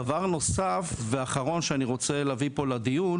דבר נוסף ואחרון שאני רוצה להביא פה לדיון,